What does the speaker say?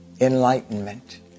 enlightenment